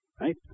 right